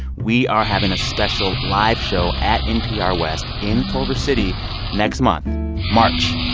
we are having a special live show at npr west in culver city next month march.